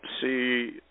see